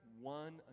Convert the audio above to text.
one